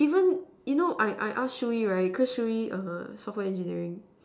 even you know I I ask Shu-yi right because Shu-yi err software engineering